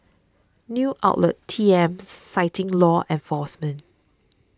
news outlet T M citing law enforcement